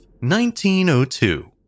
1902